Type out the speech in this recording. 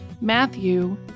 Matthew